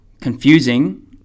confusing